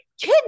kid